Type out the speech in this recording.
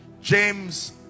James